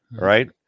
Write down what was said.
Right